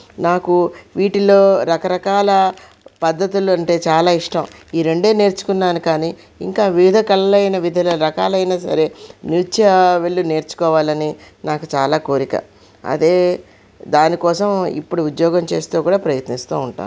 నాకు వీటిల్లో రకరకాల పద్ధతులు ఉంటే చాలా ఇష్టం ఈ రెండే నేర్చుకున్నాను కానీ ఇంకా వివిధ కలలైన వివిధ రకాలైన సరే నృత్య విల్లీ నేర్చుకోవాలని నాకు చాలా కోరిక అదే దానికోసం ఇప్పుడు ఉద్యోగం చేస్తూ కూడా ప్రయత్నిస్తూ ఉంటాను